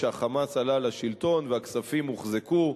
כשה"חמאס" עלה לשלטון והכספים הוחזקו.